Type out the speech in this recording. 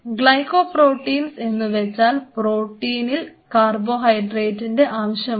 glycoproteins എന്ന് വെച്ചാൽ പ്രോട്ടീനിൽ കാർബോഹൈഡ്രേറ്റിൻറെ അംശമുണ്ട്